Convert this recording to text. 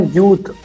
youth